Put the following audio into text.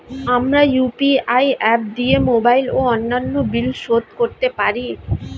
আমরা UPI app দিয়ে mobile ও অন্যান্য বিল শোধ করতে পারি